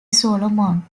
solomon